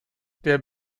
der